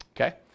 Okay